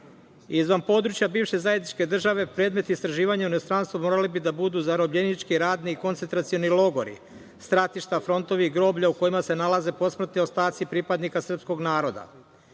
područja bivše zajedničke države predmet istraživanja u inostranstvu morali bi da budu zarobljenički, radni i koncentracioni logori, stratišta, frontovi, groblja, u kojima se nalaze posmrtni ostaci pripadnika srpskog